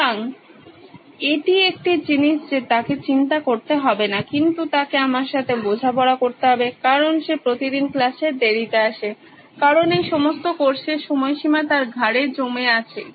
সুতরাং এটি একটি জিনিস যে তাকে চিন্তা করতে হবেনা কিন্তু তাকে আমার সাথে বোঝাপড়া করতে হবে কারণ সে প্রতিদিন ক্লাসে দেরিতে আসে কারণ এই সমস্ত কোর্সের সময়সীমা তার ঘাড়ে জমে আছে